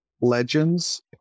legends